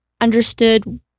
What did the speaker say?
understood